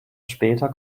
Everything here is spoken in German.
später